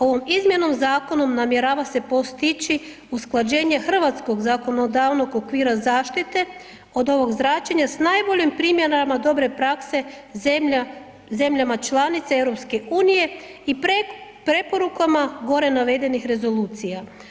Ovom izmjenom zakona namjerava se postići usklađenje hrvatskog zakonodavnog okvira zaštite od ovog zračenja s najboljim primjenama dobre prakse zemlja, zemljama članice EU i preporukama gore navedenih rezolucija.